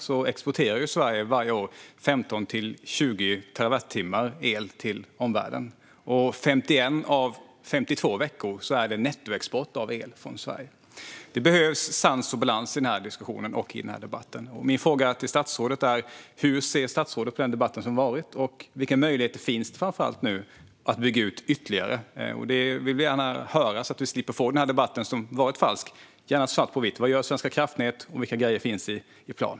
Sverige exporterar varje år 15-20 terawattimmar el till omvärlden. 51 av 52 veckor är det nettoexport av el från Sverige. Det behövs sans och balans i diskussionen och debatten. Mina frågor till statsrådet är: Hur ser statsrådet på den debatt som varit? Vilka möjligheter finns det nu att bygga ut ytterligare? Det vill vi gärna höra svart på vitt, så att vi slipper få den här falska debatten som förts. Vad gör Svenska kraftnät, och vilka grejer finns i plan?